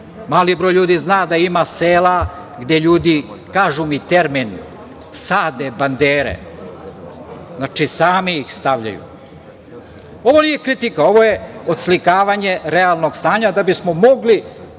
Mali broj ljudi zna da ima sela gde ljudi kažu mi termin - sade bandere, znači sami ih stavljaju. Ovo nije kritika, ovo je odslikavanje realnog stanja da bismo mogli